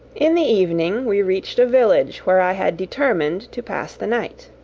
in the evening we reached a village where i had determined to pass the night.